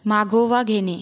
मागोवा घेणे